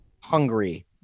hungry